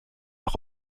auch